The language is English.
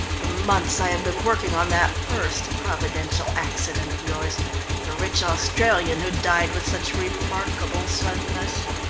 for months i have been working on that first providential accident of yours the rich australian who died with such remarkable suddenness.